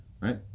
right